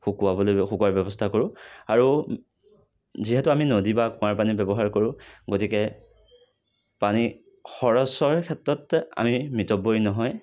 শুকুৱাবলৈ শুকোৱাৰ ব্যৱস্থা কৰোঁ আৰু যিহেতু আমি নদী বা কুঁৱাৰ পানী ব্যৱহাৰ কৰোঁ গতিকে পানী খৰচৰ ক্ষেত্ৰত আমি মিতব্যয়ী নহয়